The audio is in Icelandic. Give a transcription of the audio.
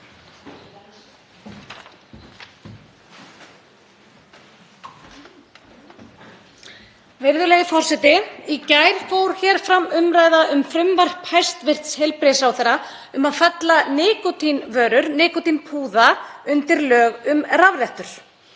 Virðulegi forseti. Í gær fór hér fram umræða um frumvarp hæstv. heilbrigðisráðherra um að fella nikótínvörur, nikótínpúða, undir lög um rafrettur.